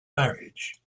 marriage